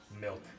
Milk